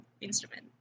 instrument